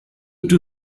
two